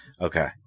Okay